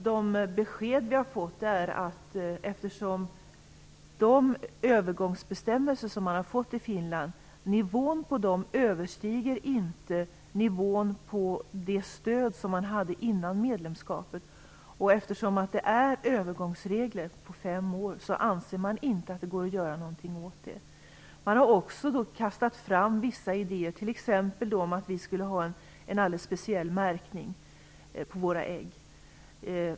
De besked som vi har fått är att eftersom nivån på de övergångsbestämmelser som införts i Finland inte överstiger nivån på det stöd som utbetalades före medlemskapet och eftersom det är fråga om övergångsregler för fem år, anser man att det inte går att göra något åt detta. Man har kastat fram vissa idéer, t.ex. att vi skulle införa en speciell märkning av våra ägg.